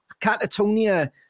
Catatonia